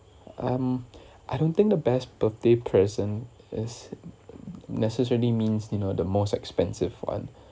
um I don't think the best birthday present is necessarily means you know the most expensive one